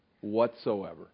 whatsoever